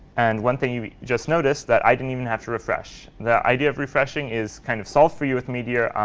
and one thing you just noticed, that i didn't even have to refresh. the idea of refreshing is kind of solved for you with meteor.